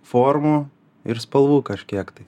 formų ir spalvų kažkiek tai